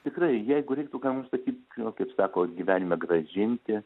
tikrai jeigu reiktų kam ar sakyt žinot kaip sako gyvenime grąžinti